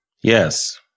Yes